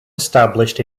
established